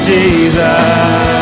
Jesus